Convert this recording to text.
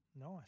Nice